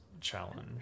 challenge